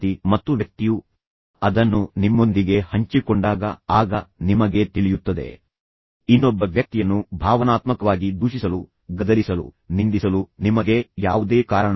ಮತ್ತು ವ್ಯಕ್ತಿಯು ಅದನ್ನು ನಿಮ್ಮೊಂದಿಗೆ ಹಂಚಿಕೊಂಡಾಗ ಆಗ ನಿಮಗೆ ತಿಳಿಯುತ್ತದೆ ಇನ್ನೊಬ್ಬ ವ್ಯಕ್ತಿಯನ್ನು ಭಾವನಾತ್ಮಕವಾಗಿ ದೂಷಿಸಲು ಗದರಿಸಲು ನಿಂದಿಸಲು ನಿಮಗೆ ಯಾವುದೇ ಕಾರಣವಿಲ್ಲ